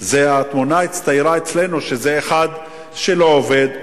התמונה הצטיירה אצלנו שזה אחד שלא עובד,